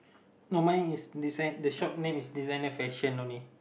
no mine is des~ the shop name is designer fashion only